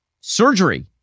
surgery